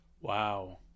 Wow